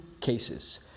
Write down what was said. cases